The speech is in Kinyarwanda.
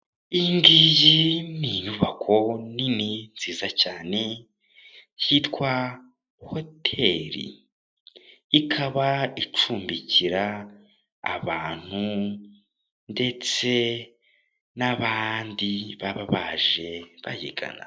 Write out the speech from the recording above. Iyi ngiyi ni inyubako nini nziza cyane, yitwa hoteri. Ikaba icumbikira abantu ndetse n'abandi baba baje bayigana.